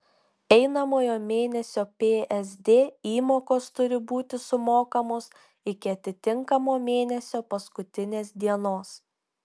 einamojo mėnesio psd įmokos turi būti sumokamos iki atitinkamo mėnesio paskutinės dienos